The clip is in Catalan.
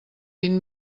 vint